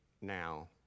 now